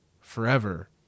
forever